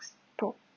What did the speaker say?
pro